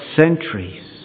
centuries